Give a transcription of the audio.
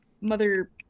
mother